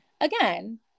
again